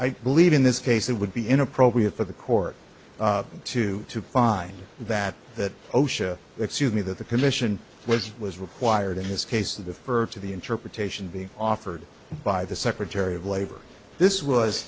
i believe in this case it would be inappropriate for the court to to find that that osha excuse me that the commission was was required in this case of the earth to the interpretation being offered by the secretary of labor this was